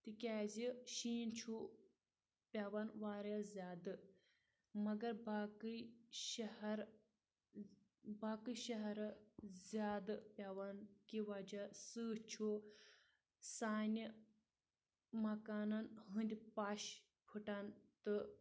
تِکیازِ شیٖن چھُ پیوان واریاہ زیادٕ مَگر باقٕے شَہ باقٕے شہرن زیادٕ پیوان کہِ وجہہ سۭتۍ چھُ سانہِ مَکانن ہٕنٛدۍ پَش پھٔٹان تہٕ